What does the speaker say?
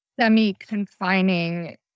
semi-confining